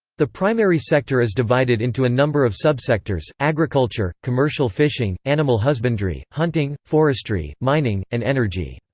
the primary sector is divided into a number of subsectors agriculture, commercial fishing, animal husbandry, hunting, forestry, mining, and energy.